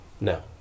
No